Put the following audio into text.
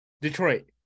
Detroit